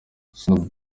snoop